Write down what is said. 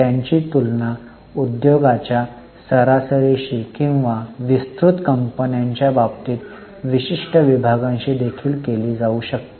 त्याची तुलना उद्योगाच्या सरासरीशी किंवा विस्तृत कंपन्यांच्या बाबतीत विशिष्ट विभागांशी देखील केली जाऊ शकते